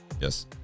Yes